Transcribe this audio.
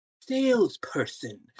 salesperson